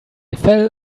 fell